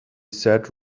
said